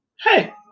hey